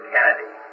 Kennedy